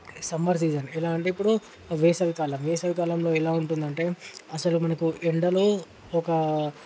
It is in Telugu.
సమ్మర్ సీజన్ ఎలా అంటే ఇప్పుడు వేసవి కాలం వేసవి కాలంలో ఎలా ఉంటుంది అంటే అస్సలు మనకు ఎండలో ఒక